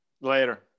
Later